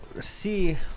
see